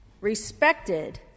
respected